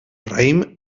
raïm